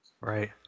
Right